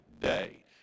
day